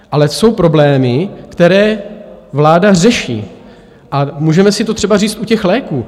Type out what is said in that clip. Ale jsou problémy, které vláda řeší, a můžeme si to třeba říct u těch léků.